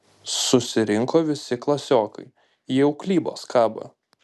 susirinko visi klasiokai į auklybos kabą